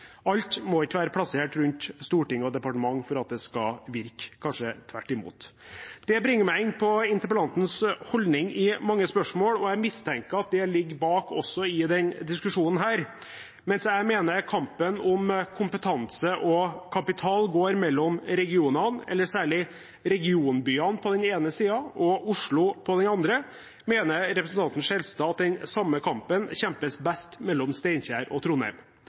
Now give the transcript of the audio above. Alt må ikke være plassert rundt storting og departement for at det skal virke – kanskje tvert imot. Det bringer meg inn på interpellantens holdning i mange spørsmål, og jeg mistenker at det ligger bak også i denne diskusjonen her. Mens jeg mener kampen om kompetanse og kapital går mellom regionene, eller særlig regionbyene på den ene siden og Oslo på den andre, mener representanten Skjelstad at den samme kampen kjempes best mellom Steinkjer og Trondheim.